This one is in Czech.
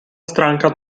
stránka